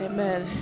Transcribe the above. Amen